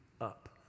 up